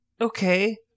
okay